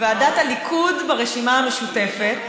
ועדת הליכוד ברשימה המשותפת,